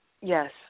Yes